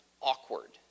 awkward